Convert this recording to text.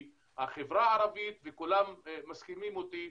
בחברה הערבית, וכולם מסכימים איתי,